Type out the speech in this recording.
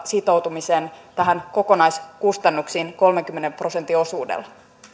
sitoutumisen näihin kokonaiskustannuksiin kolmenkymmenen prosentin osuudella